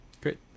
great